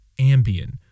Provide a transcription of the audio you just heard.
Ambien